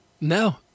No